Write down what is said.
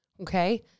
okay